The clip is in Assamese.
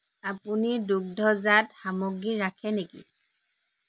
আপুনি দুগ্ধজাত সামগ্ৰী ৰাখে নেকি